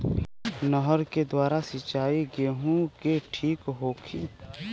नहर के द्वारा सिंचाई गेहूँ के ठीक होखि?